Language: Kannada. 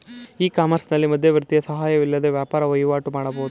ಇ ಕಾಮರ್ಸ್ನಲ್ಲಿ ಮಧ್ಯವರ್ತಿಯ ಸಹಾಯವಿಲ್ಲದೆ ವ್ಯಾಪಾರ ವಹಿವಾಟು ಮಾಡಬಹುದು